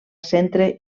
centre